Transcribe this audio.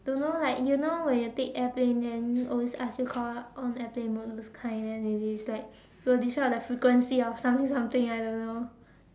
don't know like you know when you take airplane then always ask you call out on airplane mode those kind then it's like it will decide the frequency of something something I don't know